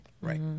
Right